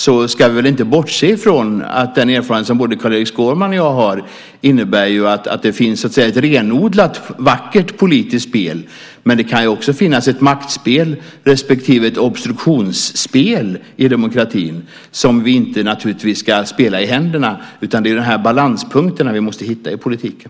Vi ska väl inte bortse från att den erfarenhet som både Carl-Erik Skårman och jag har innebär att det finns ett renodlat, vackert politiskt spel. Men det kan också finnas ett maktspel respektive ett obstruktionsspel i demokratin som vi inte ska spela i händerna. Det är balanspunkterna vi måste hitta i politiken.